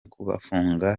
kubafunga